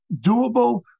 doable